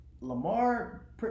Lamar